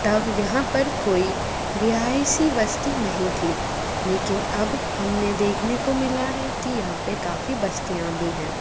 तब यहाँ पर कोई रियायसी बस्ती नहीं थी लेकिन अब हमने देखने को मिला है कि यहाँ पे काफ़ी बस्तियाँ भी हैं